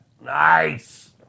Nice